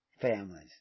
families